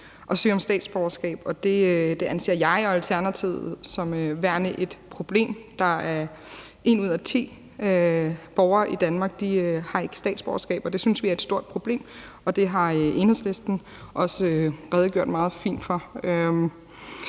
at søge om statsborgerskab, og det anser jeg og Alternativet for værende et problem. En ud af ti borgere i Danmark har ikke statsborgerskab, og det synes vi er et stort problem. Det har Enhedslisten også redegjort meget fint for.